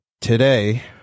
Today